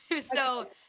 so-